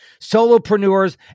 solopreneurs